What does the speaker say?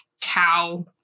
cow